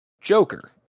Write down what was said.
Joker